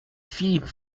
philippe